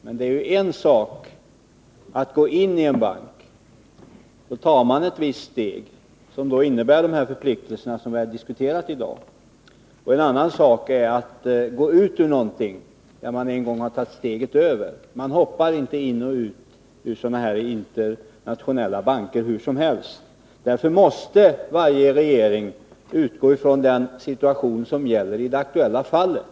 Men det är en sak att gå in i banken, vilket innebär de förpliktelser vi har diskuterat i dag, och en annan sak att sedan det steget väl har tagits gå ut ur den — man hoppar inte in och ut ur sådana här internationella banker hur som helst. Varje regering måste utgå från den situation som gäller i det aktuella fallet.